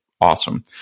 awesome